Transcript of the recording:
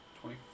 Twenty